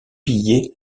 pillé